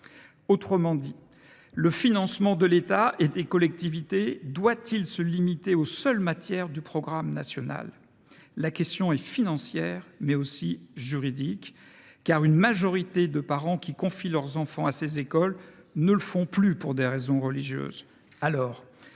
termes, le financement de l’État et des collectivités doit il se limiter aux seules matières du programme national ? La question est financière, mais aussi juridique, car une majorité des parents qui confient leurs enfants à ces écoles ne le font plus pour des raisons religieuses.